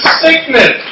sickness